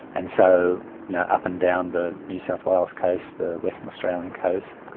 and so up and down the new south wales coast, the western australian coast,